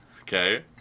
Okay